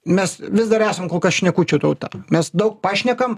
mes vis dar esam kol kas šnekučių tauta mes daug pašnekam